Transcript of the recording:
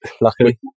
luckily